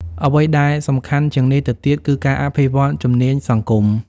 អ្វីដែលសំខាន់ជាងនេះទៅទៀត គឺការអភិវឌ្ឍជំនាញសង្គម។